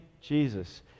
Jesus